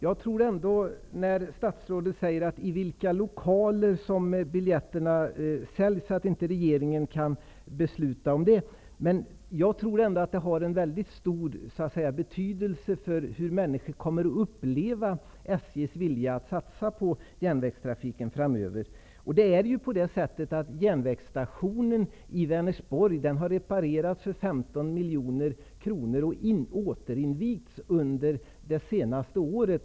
Fru talman! Statsrådet säger att regeringen inte kan besluta om i vilka lokaler som biljetterna skall säljas. Men jag tror ändå att detta har en stor betydelse för hur människor kommer att uppleva 15 miljoner kronor och har återinvigts under det senaste året.